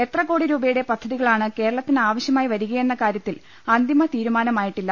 എത്ര കോടി രൂപയുടെ പദ്ധതികളാണ് കേരളത്തിന് ആവ ശ്യമായി വരികയെന്ന കാര്യത്തിൽ അന്തിമ തീരുമാനമായിട്ടില്ല